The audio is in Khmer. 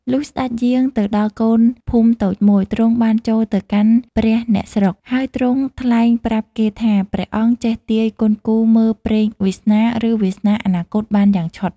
លុះស្ដេចយាងទៅដល់កូនភូមិតូចមួយ ទ្រង់បានចូលទៅកាន់ព្រះអ្នកស្រុក ហើយទ្រង់ថ្លែងប្រាប់គេថាព្រះអង្គចេះទាយគន់គូរមើលព្រេងវាសនា ឬវាសនាអនាគតបានយ៉ាងឆុត ។